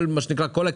ועוד.